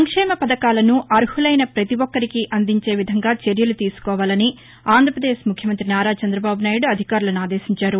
సంక్షేమ పధకాలని అర్హులైన పతి ఒక్కరికి అందే విధంగా చర్యలు తీసుకోవాలని ఆంధ్రప్రదేశ్ ముఖ్యమంతి నారా చందబాబు నాయుడు అధికారులను ఆదేశించారు